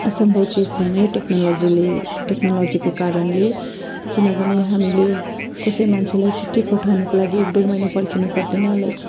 असम्भव चिज छैन यो टेक्नोलोजीले टेक्नोलोजीको कारणले किनभने हामीले कसै मान्छेलाई चिठी पठाउनको लागि एक डेढ महिना पर्खिनु पर्दैन लाइक